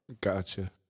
Gotcha